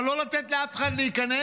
אבל לא לתת לאף אחד להיכנס?